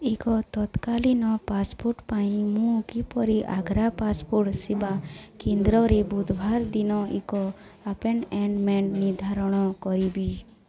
ଏକ ତତ୍କାଲୀନ ପାସପୋର୍ଟ ପାଇଁ ମୁଁ କିପରି ଆଗ୍ରା ପାସପୋର୍ଟ ସେବା କେନ୍ଦ୍ରରେ ବୁଧବାର ଦିନ ଏକ ଆପଏଣ୍ଟମେଣ୍ଟ୍ ନିର୍ଦ୍ଧାରଣ କରିବି